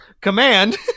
command